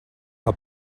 que